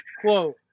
quote